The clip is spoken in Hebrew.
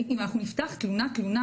אנחנו נפתח תלונה תלונה,